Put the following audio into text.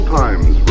times